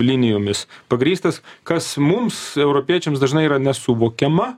linijomis pagrįstas kas mums europiečiams dažnai yra nesuvokiama